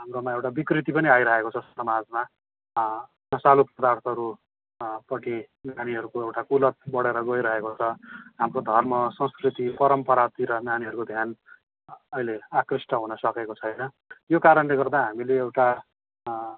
हाम्रोमा एउटा विकृति पनि आइराखेको छ समाजमा नशालु पदार्थहरू पट्टि नानीहरूको एउटा कुलत बढेर गइरहेको छ हाम्रो धर्म संस्कृति परम्परातिर नानीहरूको ध्यान अहिले आकृष्ट हुन सकेको छैन यो कारणले गर्दा हामीले एउटा